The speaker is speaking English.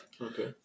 Okay